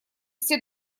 все